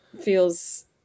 feels